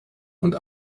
und